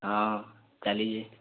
ହଁ ଚାଲିଛେ